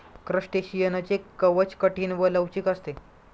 क्रस्टेशियनचे कवच कठीण व लवचिक असते